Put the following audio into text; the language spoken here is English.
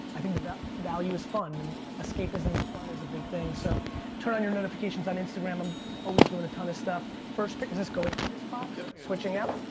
i think the value is fun and escaping something and fun is a big thing, so turn on your notifications on instagram i'm always doin' a ton of stuff. first pair, is this going in this box? switching out?